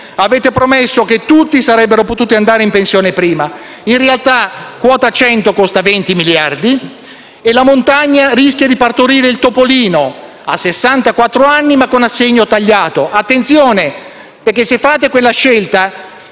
avete promesso che tutti sarebbero potuti andare in pensione prima. In realtà quota 100 costa 20 miliardi e la montagna rischia di partorire il topolino: a sessantaquattro anni, ma con assegno tagliato. Attenzione, perché se fate quella scelta,